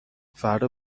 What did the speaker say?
فردا